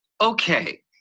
Okay